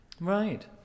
Right